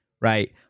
right